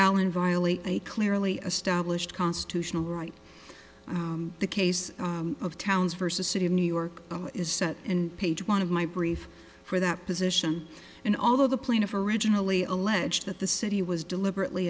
allen violate a clearly established constitutional right the case of towns versus city of new york is set in page one of my brief for that position and all of the plaintiff originally allege that the city was deliberately